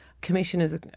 commissioners